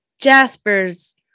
Jaspers